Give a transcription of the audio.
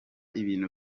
ibintu